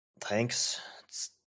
Thanks